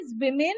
women